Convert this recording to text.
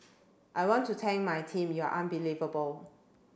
I want to thank my team you're unbelievable